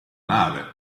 nave